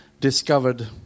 discovered